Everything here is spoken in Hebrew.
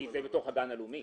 כי היא בתוך הגן הלאומי.